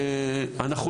במקרה הזה,